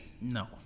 No